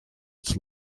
its